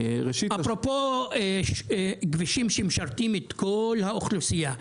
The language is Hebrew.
אפרופו כבישים שמשרתים את כל האוכלוסייה.